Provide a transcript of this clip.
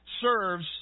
serves